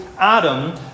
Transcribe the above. Adam